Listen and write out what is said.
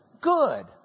Good